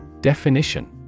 Definition